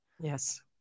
Yes